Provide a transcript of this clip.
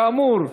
כאמור,